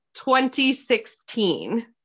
2016